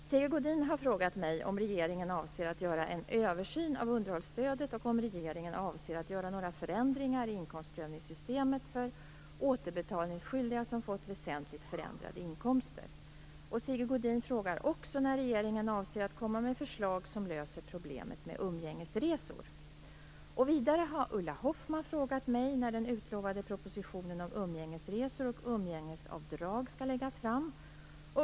Fru talman! Sigge Godin har frågat mig om regeringen avser att göra en översyn av underhållsstödet och om regeringen avser att göra några förändringar i inkomstprövningssystemet för återbetalningsskyldiga som fått väsentligt förändrade inkomster. Sigge Godin frågar också när regeringen avser att komma med förslag som löser problemet med umgängesresor. Vidare har Ulla Hoffmann frågat mig när den utlovade propositionen om umgängesresor och umgängesavdrag skall läggas fram.